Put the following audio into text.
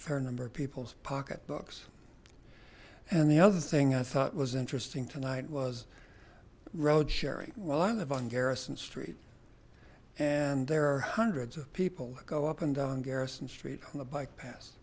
fair number of people's pocketbooks and the other thing i thought was interesting tonight was road sharing well i live on garrison street and there are hundreds of people that go up and down garrison street on the bike pa